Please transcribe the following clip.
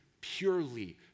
purely